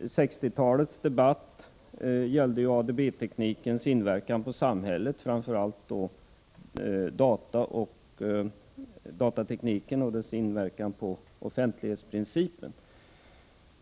1960-talets debatt gällde ADB-teknikens inverkan på samhället, framför allt datateknikens inverkan på offentlighetsprincipen.